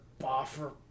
Boffer